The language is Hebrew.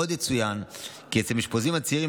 עוד יצוין כי במקרים רבים אצל המאושפזים הצעירים